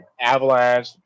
Avalanche